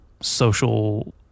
social